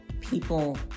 people